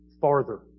Farther